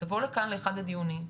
שתבוא לכאן לאחד הדיונים.